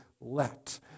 let